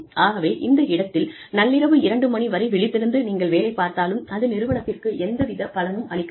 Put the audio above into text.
ஆகவே இந்த இடத்தில் நள்ளிரவு 2 மணி வரை விழித்திருந்து நீங்கள் வேலைப் பார்த்தாலும் அது நிறுவனத்திற்கு எந்த வித பலனும் அளிக்காது